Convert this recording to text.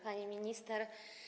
Pani Minister!